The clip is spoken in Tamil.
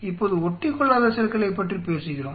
இப்போது ஒட்டிக்கொள்ளாத செல்களைப் பற்றி பேசுகிறோம்